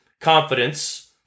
confidence